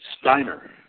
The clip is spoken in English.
Steiner